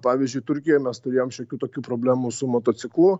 pavyzdžiui turkijoj mes turėjom šiokių tokių problemų su motociklu